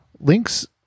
Link's